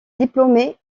diplômé